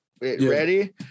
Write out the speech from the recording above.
ready